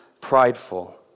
prideful